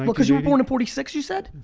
but cause you were born in forty six, you said?